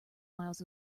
miles